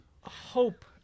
hope